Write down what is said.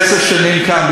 עשר שנים כאן,